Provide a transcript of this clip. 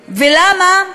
ולמה,